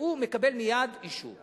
והוא מקבל מייד אישור.